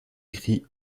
écrits